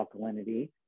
alkalinity